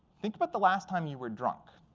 think about the last time you were drunk.